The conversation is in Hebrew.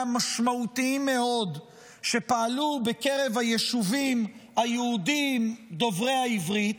משמעותיים מאוד שפעלו בקרב היישובים היהודיים דוברי העברית,